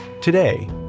today